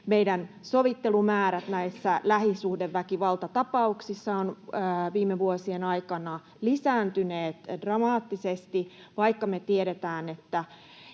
meidän sovittelumäärät näissä lähisuhdeväkivaltatapauksissa ovat viime vuosien aikana lisääntyneet dramaattisesti, vaikka me tiedetään, että